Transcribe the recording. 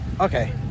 Okay